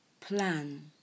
plan